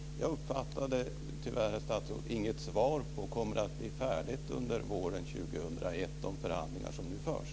Jag uppfattade tyvärr inget svar från statsrådet. Kommer detta att bli färdigt under våren 2001 med de förhandlingar som nu förs?